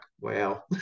wow